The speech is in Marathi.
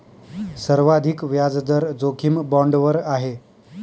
सर्वाधिक व्याजदर जोखीम बाँडवर आहे